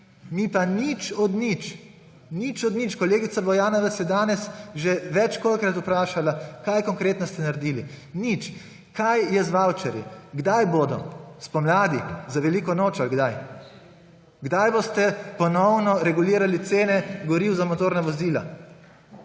Mi pa nič od nič! Nič od nič! Kolegica Bojana vas je danes že ničkolikokrat vprašala, kaj konkretno ste naredili. Nič! Kaj je z vavčerji, kdaj bodo – spomladi, za veliko noč ali kdaj? Kdaj boste ponovno regulirali cene goriv za motorna vozila?